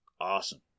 awesome